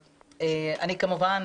כמובן,